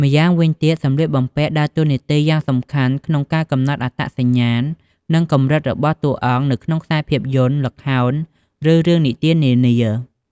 ម្យ៉ាងវិញទៀតសម្លៀកបំពាក់ដើរតួនាទីយ៉ាងសំខាន់ក្នុងការកំណត់ អត្តសញ្ញាណ និង កម្រិត របស់តួអង្គនៅក្នុងខ្សែភាពយន្ត ល្ខោន ឬរឿងនិទាននានា ។